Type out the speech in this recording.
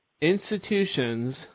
institutions